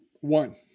One